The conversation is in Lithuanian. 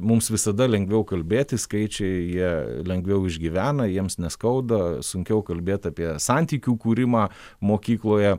mums visada lengviau kalbėti skaičiai jie lengviau išgyvena jiems neskauda sunkiau kalbėt apie santykių kūrimą mokykloje